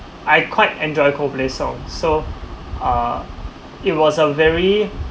I quite enjoy coldplay song so uh it was a very